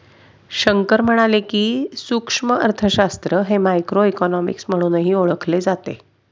शंकर म्हणाले की, सूक्ष्म अर्थशास्त्र हे मायक्रोइकॉनॉमिक्स म्हणूनही ओळखले जाते